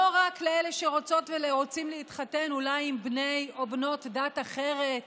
לא רק לאלה שרוצות ורוצים להתחתן אולי עם בני ובנות דת אחרת,